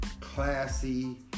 classy